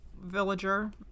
Villager